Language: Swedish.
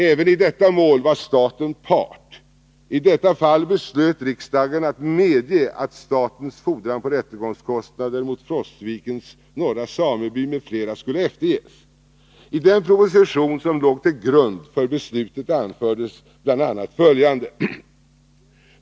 Även i detta mål var staten part. I detta fall beslöt riksdagen att medge att statens fordran på rättegångskostnader mot Frostvikens norra sameby m.fl. skulle efterges. I den proposition som låg till grund för beslutet anfördes bl.a. följande.